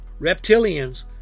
Reptilians